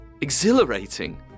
exhilarating